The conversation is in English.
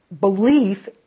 belief